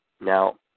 Now